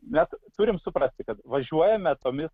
mes turim suprasti kad važiuojame tomis